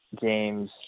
games